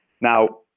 Now